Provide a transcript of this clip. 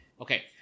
okay